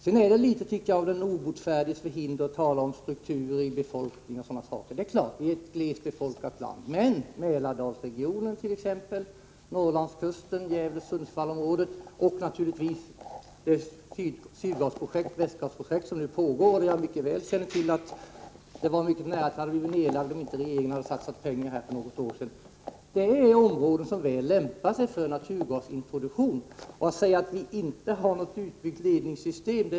Det är något av den obotfärdiges förhinder att tala om strukturer i befolkning, m.m. Det är klart att Sverige är ett glest befolkat land, men t.ex. Mälardalsregionen, Norrlandskusten, Gävle-Sundsvallsområdet är områden som lämpar sig väl för naturgasintroduktion. Som ett exempel kan nämnas det sydoch västgasprojekt som nu pågår. Jag känner till att det var mycket nära att detta projekt hade lagts ner om inte regeringen hade satsat pengar i det för något år sedan. Redan 1974 kunde man ha sagt att vi inte har något utbyggt ledningssystem.